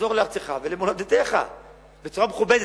תחזור לארצך ומולדתך בצורה מכובדת.